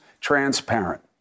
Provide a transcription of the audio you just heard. transparent